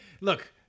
look